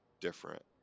different